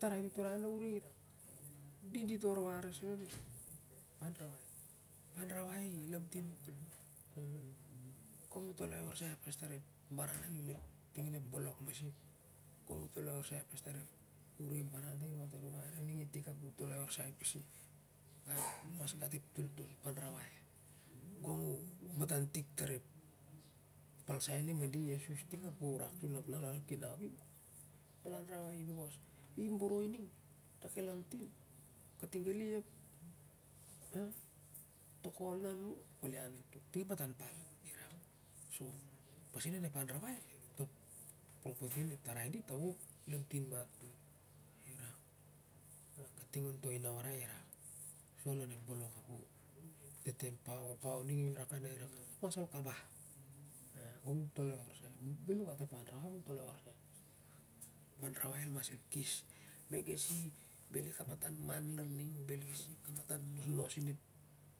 tarai tuturei na luring. Dit warwar sen onep toltol onep anrawai ep anrawai i lanatin mat kol gong i toloi ovsai pas ning ep baran an nuning ting an lon ep bolong nuning ep baran masik. Ol mas gat ep anrawai gong u maltan tik tar ep palsen nuning ap u kinau i olmas gat ep anra wai